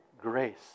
grace